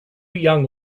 young